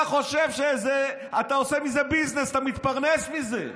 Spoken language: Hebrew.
אתה חושב, אתה עושה מזה ביזנס, אתה מתפרנס מזה.